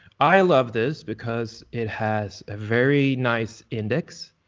i love this because it has a very nice index.